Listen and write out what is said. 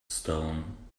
stone